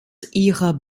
ihrer